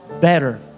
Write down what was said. better